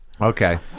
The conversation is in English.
Okay